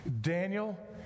Daniel